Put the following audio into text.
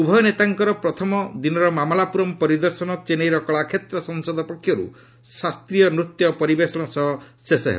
ଉଭୟ ନେତାଙ୍କର ପ୍ରଥମ ଦିନର ମାଲାପୁରମ ପରିଦର୍ଶନ ଚେନ୍ନାଇର କଳାକ୍ଷେତ୍ର ସଂସଦ ପକ୍ଷରୁ ଶାସ୍ତୀୟ ନୂତ୍ୟ ପରିବେଷଣ ସହ ଶେଷ ହେବ